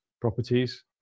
properties